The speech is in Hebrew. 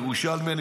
הוא ירושלמי,